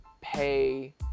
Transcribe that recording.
pay